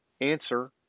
answer